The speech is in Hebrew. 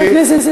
שהוגשה על-ידי,